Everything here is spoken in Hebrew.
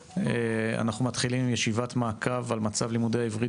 אנחנו מתחילים ישיבת מעקב על מצב לימודי העברית